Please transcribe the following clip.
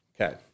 Okay